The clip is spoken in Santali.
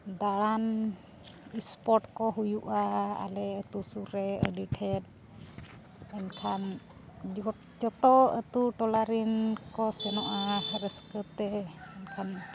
ᱫᱟᱬᱟᱱ ᱥᱯᱳᱴ ᱠᱚ ᱦᱩᱭᱩᱜᱼᱟ ᱟᱞᱮ ᱟᱛᱳ ᱥᱩᱨ ᱨᱮ ᱟᱹᱰᱤ ᱰᱷᱮᱹᱨ ᱮᱱᱠᱷᱟᱱ ᱡᱚᱛᱚ ᱟᱛᱳ ᱴᱚᱞᱟ ᱨᱮᱱ ᱠᱚ ᱥᱮᱱᱚᱜᱼᱟ ᱨᱟᱹᱥᱠᱟᱹ ᱛᱮ ᱢᱮᱱᱠᱷᱟᱱ